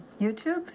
YouTube